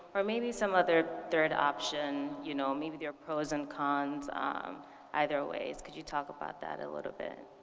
or maybe some other third option. you know, maybe there are pros and cons either ways. could you talk about that a little bit?